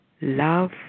love